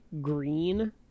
green